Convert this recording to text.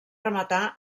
rematar